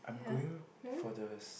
yeah um